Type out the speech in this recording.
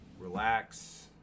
relax